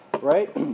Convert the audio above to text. Right